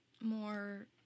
more